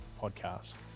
podcast